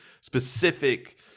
specific